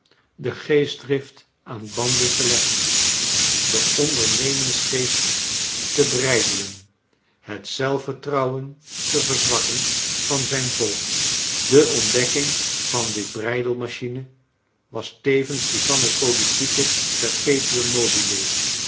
de geestdrift aan banden te leggen den ondernemingsgeest te breidelen bet zelfvertrouwen te verzwakken van zijn volk de ontdekking van dit breidelmachine was tevens die van het politieke